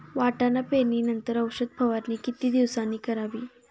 वाटाणा पेरणी नंतर औषध फवारणी किती दिवसांनी करावी?